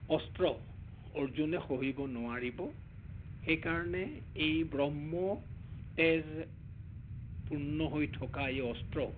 অস্ত্ৰ অৰ্জুনে সহিব নোৱাৰিব সেইকাৰণে এই ব্ৰহ্ম তেজ পূৰ্ণ হৈ থকা এই অস্ত্ৰ